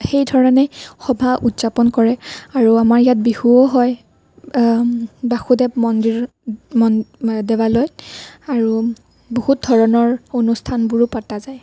সেই ধৰণে সভা উৎযাপন কৰে আৰু আমাৰ ইয়াত বিহুও হয় বাসুদেৱ মন্দিৰ দেৱালয়ত আৰু বহুত ধৰণৰ অনুষ্ঠানবোৰো পতা যায়